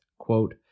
Quote